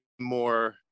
more